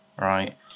right